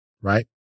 right